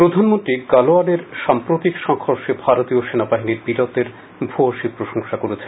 প্রধানমন্ত্রী গাওয়ানের সাম্প্রতিক সংঘর্ষে ভারতীয় সেনাবাহিনীর বীরত্বের ভ্য়সী প্রশংসা করেছেন